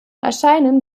erscheinen